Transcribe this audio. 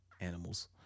animals